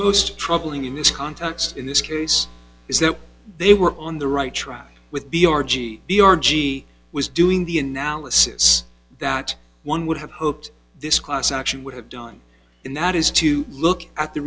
most troubling in this context in this case is that they were on the right track with b r g b r g was doing the analysis that one would have hoped this class action would have done in that is to look at the